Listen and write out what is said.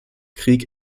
krieg